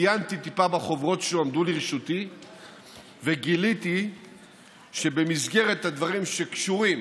עיינתי טיפה בחוברות שהועמדו לרשותי וגיליתי שבמסגרת הדברים שקשורים